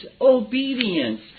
obedience